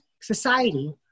society